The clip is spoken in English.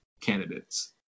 candidates